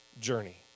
journey